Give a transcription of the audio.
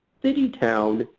city town,